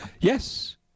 Yes